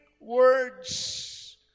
words